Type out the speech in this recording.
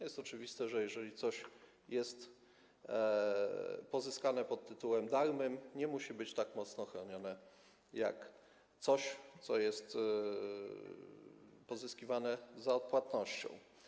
Jest oczywiste, że jeżeli coś jest pozyskane pod tytułem darmym, nie musi być tak mocno chronione jak coś, co jest pozyskiwane za odpłatnością.